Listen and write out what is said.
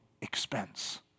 expense